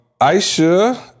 Aisha